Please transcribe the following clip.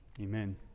Amen